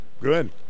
Good